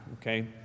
okay